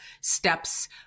steps